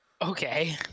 Okay